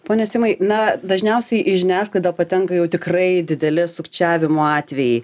pone simai na dažniausiai į žiniasklaidą patenka jau tikrai dideli sukčiavimo atvejai